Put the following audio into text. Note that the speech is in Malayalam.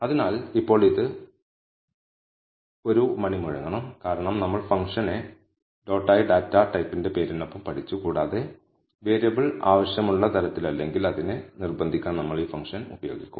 അതിനാൽ ഇപ്പോൾ ഇത് ഒരു മണി മുഴങ്ങണം കാരണം നമ്മൾ ഫംഗ്ഷനെ ഡോട്ടായി ഡാറ്റാ തരത്തിന്റെ പേരിനൊപ്പം പഠിച്ചു കൂടാതെ വേരിയബിൾ ആവശ്യമുള്ള തരത്തിലല്ലെങ്കിൽ അതിനെ നിർബന്ധിക്കാൻ നമ്മൾ ഈ ഫംഗ്ഷൻ ഉപയോഗിക്കും